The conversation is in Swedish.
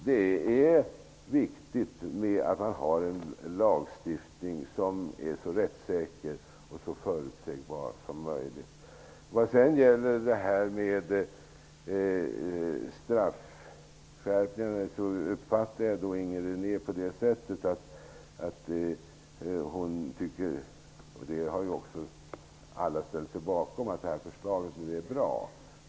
Det är viktigt att lagstiftningen är så rättssäker och förutsägbar som möjligt. Jag uppfattade Inger René som att hon tycker att förslaget är bra vad gäller straffskärpningen. Alla har också ställt sig bakom det.